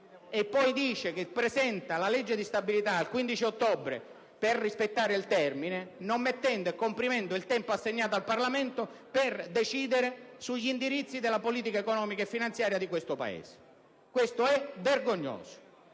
e poi affermare che presenta la legge di stabilità il 15 ottobre per rispettare il termine, comprimendo il tempo assegnato al Parlamento per decidere sugli indirizzi di politica economica e finanziaria del Paese. Questo è vergognoso.